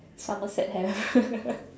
Somerset have